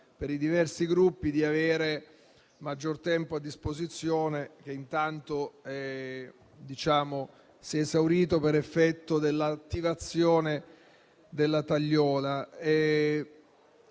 per i diversi Gruppi di avere maggior tempo a disposizione, che intanto si è esaurito per effetto dell'attivazione della tagliola.